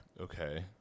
Okay